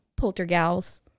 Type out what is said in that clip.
poltergals